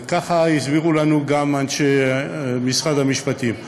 וכך הסבירו לנו גם אנשי משרד המשפטים.